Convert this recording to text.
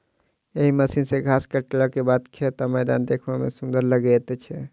एहि मशीन सॅ घास काटलाक बाद खेत वा मैदान देखबा मे सुंदर लागैत छै